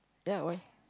ya why